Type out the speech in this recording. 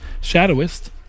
Shadowist